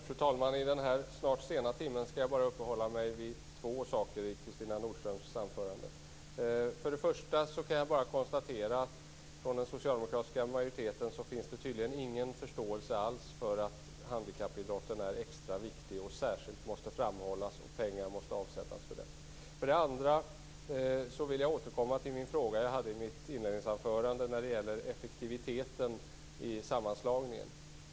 Fru talman! I den här snart sena timmen skall jag bara uppehålla mig vid två saker i Kristina Nordströms anförande. För det första kan jag konstatera att det tydligen inte finns någon förståelse alls från den socialdemokratiska majoritetens sida för att handikappidrotten är extra viktig, att den särskilt måste framhållas och att pengar måste avsättas för detta. För det andra vill jag återkomma till den fråga jag ställde i mitt inledningsanförande. Det gällde effektiviteten i sammanslagningen.